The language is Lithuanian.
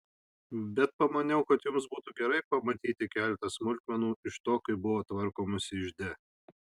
bet pamaniau kad jums būtų gerai pamatyti keletą smulkmenų iš to kaip buvo tvarkomasi ižde